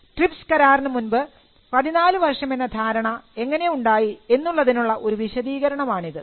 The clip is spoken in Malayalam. ട്രിപ്പ്സ് കരാറിന് മുൻപ് 14 വർഷം എന്ന ധാരണ എങ്ങനെ ഉണ്ടായി എന്നുള്ളതിനുള്ള ഒരു വിശദീകരണം ആണ് ഇത്